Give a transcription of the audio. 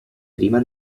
prima